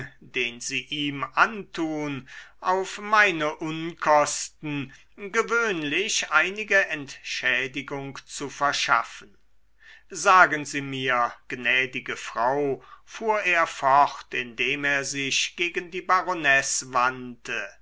den sie ihm antun auf meine unkosten gewöhnlich einige entschädigung zu verschaffen sagen sie mir gnädige frau fuhr er fort indem er sich gegen die baronesse wandte